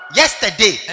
yesterday